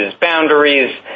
boundaries